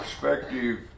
perspective